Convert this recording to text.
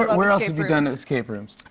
where else have you done escape rooms?